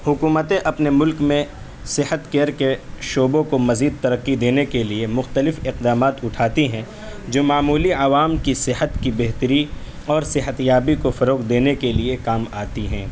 حکومتیں اپنے ملک میں صحت کیئر کے شعبوں کو مزید ترقی دینے کے لیے مختلف اقدامات اٹھاتی ہیں جو معمولی عوام کی صحت کی بہتری اور صحتیابی کو فروغ دینے کے لیے کام آتی ہیں